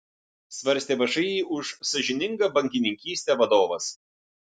svarstė všį už sąžiningą bankininkystę vadovas